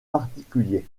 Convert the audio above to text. particuliers